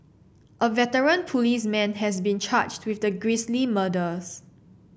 a veteran policeman has been charged with the grisly murders